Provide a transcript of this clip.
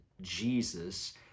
Jesus